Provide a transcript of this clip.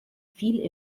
viel